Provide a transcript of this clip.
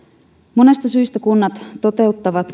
monista syistä kunnat toteuttavat